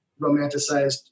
romanticized